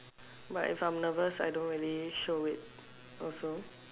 but if I'm nervous I don't really show it also